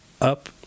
up